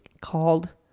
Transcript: called